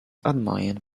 admired